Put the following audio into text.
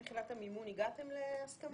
מבחינת המימון הגעתם להסכמה?